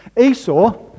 Esau